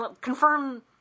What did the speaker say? confirm